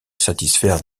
satisfaire